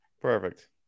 perfect